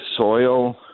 soil